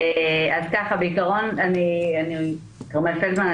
בעיקרון אני כרמל פלדמן,